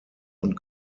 und